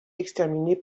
exterminée